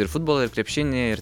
ir futbolą ir krepšinį ir